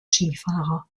skifahrer